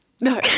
No